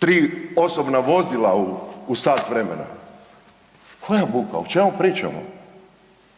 3 osobna vozila u sat vremena. Koja buka, o čemu pričamo?